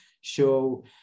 show